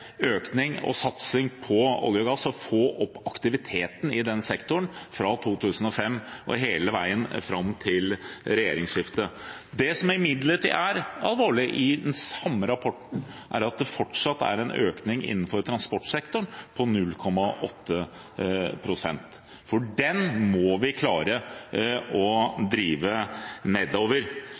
økning og satsing på olje og gass for å få opp aktiviteten i denne sektoren fra 2005 og hele veien fram til regjeringsskiftet. Det som imidlertid er alvorlig i den samme rapporten, er at det fortsatt er en økning i transportsektoren på 0,8 pst. Den må vi klare å drive nedover.